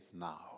now